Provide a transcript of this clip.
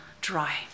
dry